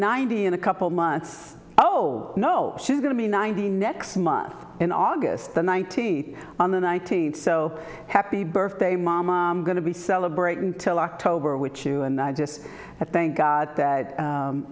ninety in a couple months oh no she's going to be ninety next month in august the nineteenth on the nineteenth so happy birthday mom mom going to be celebrating till october which you and i just thank god that